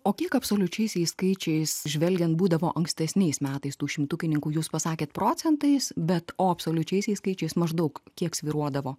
o kiek absoliučiaisiais skaičiais žvelgiant būdavo ankstesniais metais tų šimtukininkų jūs pasakėt procentais bet o absoliučiaisiais skaičiais maždaug kiek svyruodavo